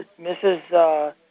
Mrs